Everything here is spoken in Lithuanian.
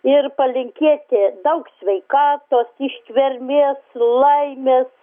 ir palinkėti daug sveikatos ištvermės laimės